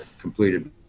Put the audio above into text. completed